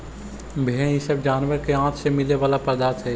भेंड़ इ सब जानवर के आँत से मिला वाला पदार्थ हई